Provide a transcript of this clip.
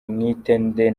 mwitende